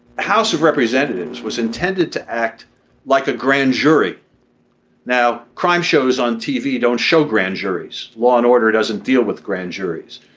house of representatives was intended to act like a grand jury now crime shows on tv don't show grand juries law and order doesn't deal with grand juries.